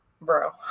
Bro